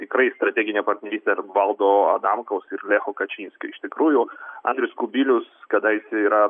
tikrai strateginė partnerystę ir valdo adamkaus ir kačinskio iš tikrųjų andrius kubilius kadaise yra